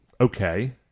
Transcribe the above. Okay